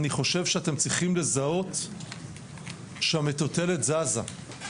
אני חושב שאתם צריכים לזהות שהמטוטלת זזה.